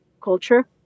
culture